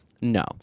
no